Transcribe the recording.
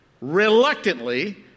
Reluctantly